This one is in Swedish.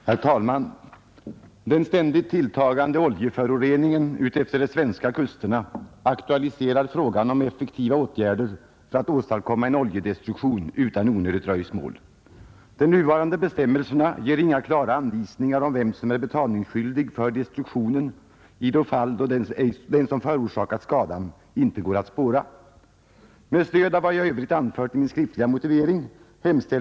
Herr talman! Den ständigt tilltagande oljeföroreningen utefter de svenska kusterna aktualiserar frågan om effektiva åtgärder för att åstadkomma en oljedestruktion utan onödigt dröjsmål. De nuvarande bestämmelserna ger inga klara anvisningar om vem som är betalningsskyldig för destruktionen i de fall då den som förorsakat skadan inte går att spåra. Det finns inte heller några bestämmelser som reglerar hur betalningen skall ske i de fall då betalningsansvaret kommer att föranleda ofta långvariga försäkringsprocesser.